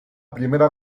primera